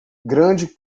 grande